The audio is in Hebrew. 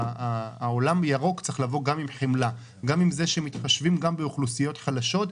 העולם הירוק צריך לבוא גם עם חמלה ומתחשבים באוכלוסיות חלשות,